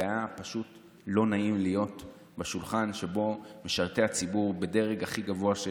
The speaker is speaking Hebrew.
היה פשוט לא נעים להיות בשולחן שבו משרתי הציבור בדרג הכי גבוה שיש,